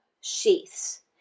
sheaths